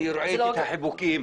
אני ראיתי את החיבוקים,